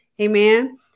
Amen